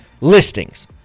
listings